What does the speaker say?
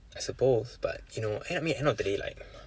I suppose but you know end I mean end of the day like